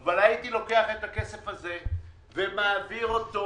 אבל הייתי לוקח את הכסף הזה ומעביר אותו